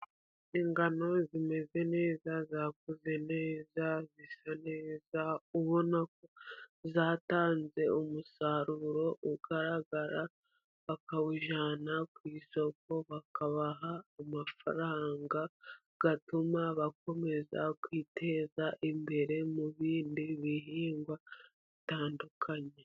Ingano zimeze neza zakoze neza zisa neza ubona ko zatanze umusaruro ugaragara bakawujyana ku isoko bakabaha amafaranga atuma bakomeza kwiteza imbere mu bindi bihingwa bitandukanye.